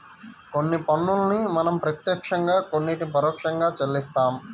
కొన్ని పన్నుల్ని మనం ప్రత్యక్షంగా కొన్నిటిని పరోక్షంగా చెల్లిస్తాం